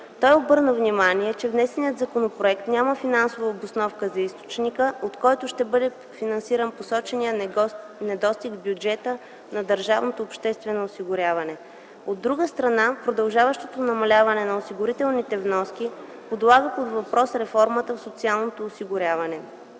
Той обърна внимание, че внесеният законопроект няма финансова обосновка за източника, от който ще бъде финансиран посочения недостиг в бюджета на Държавното обществено осигуряване. От друга страна продължаващото намаляване на осигурителните вноски подлага под въпрос реформата в социалното осигуряване.